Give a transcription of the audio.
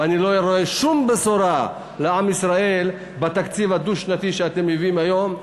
ואני לא רואה שום בשורה לעם ישראל בתקציב הדו-שנתי שאתם מביאים היום,